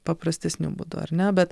paprastesniu būdu ar ne bet